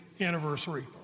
anniversary